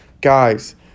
Guys